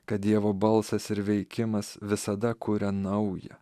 kad dievo balsas ir veikimas visada kuria naują